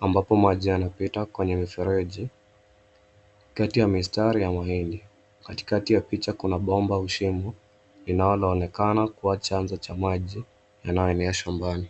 ambapo maji yanapita kwenye mifereji, kati ya mistari ya mahindi. Katikati ya picha kuna bomba au shimo, inayoonekana kua chanzo cha maji yanayoenea shambani.